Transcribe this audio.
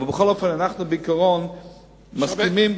אבל אנחנו בעיקרון מסכימים.